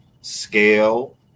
scale